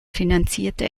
finanzierte